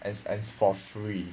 and its and it's for free